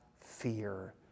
fear